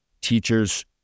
teachers